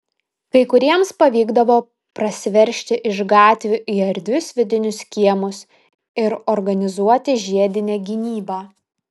kai kuriems pavykdavo prasiveržti iš gatvių į erdvius vidinius kiemus ir organizuoti žiedinę gynybą